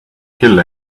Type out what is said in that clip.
kill